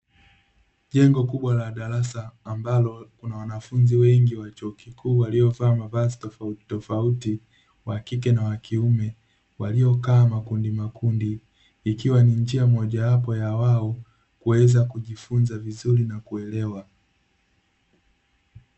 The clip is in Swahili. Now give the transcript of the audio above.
Jengo kubwa la darasa ambalo, kuna wanafunzi wengi wa chuo kikuu waliovaa mavazi tofautitofauti, wa kike na wa kiume, waliokaa makundimakundi, ikiwa ni njia mojawapo ya wao kuweza kujifunza vizuri na kuelewa.